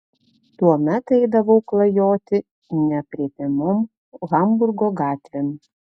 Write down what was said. tuomet eidavau klajoti neaprėpiamom hamburgo gatvėm